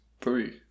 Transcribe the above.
three